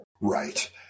Right